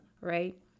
right